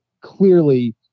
clearly